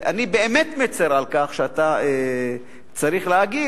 אני באמת מצר על כך שאתה צריך להגיב.